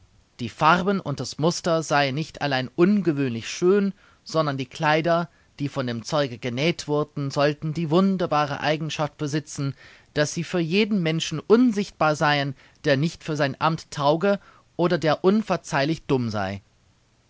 die farben und das muster seien nicht allein ungewöhnlich schön sondern die kleider die von dem zeuge genäht wurden sollten die wunderbare eigenschaft besitzen daß sie für jeden menschen unsichtbar seien der nicht für sein amt tauge oder der unverzeihlich dumm sei